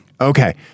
Okay